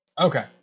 Okay